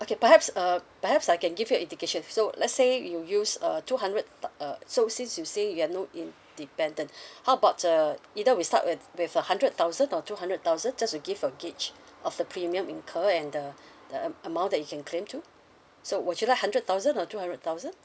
okay perhaps uh um perhaps I can give you a indication so let's say you use uh two hundred thu~ uh so since you say you have no in~ dependant how about uh either we start with with a hundred thousand or two hundred thousand just to give a gauge of the premium incur and the the am~ amount that you can claim too so would you like hundred thousand or two hundred thousand